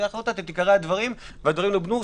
את עיקרי הדברים והם לובנו.